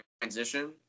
transition